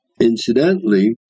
Incidentally